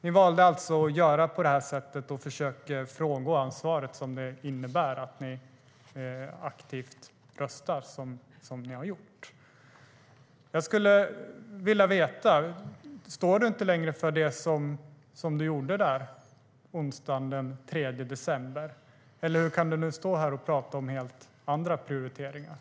Ni valde alltså att göra på det sättet och försöker nu frångå det ansvar som det innebär att ni aktivt röstat som ni gjort.